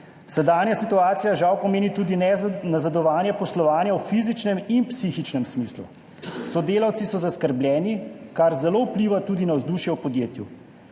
Sedanja situacija žal pomeni tudi nazadovanje poslovanja v fizičnem in psihičnem smislu. Sodelavci so zaskrbljeni, kar zelo vpliva tudi na vzdušje v podjetju.